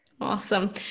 Awesome